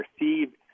received